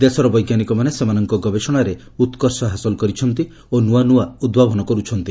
ଦେଶର ବୈଜ୍ଞାନିକମାନେ ସେମାନଙ୍କ ଗବେଷଣାରେ ଉତ୍କର୍ଷ ହାସଲ କରିଛନ୍ତି ଓ ନୂଆ ନୂଆ ଉଦ୍ଭାବନ କରୁଛନ୍ତି